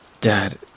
Dad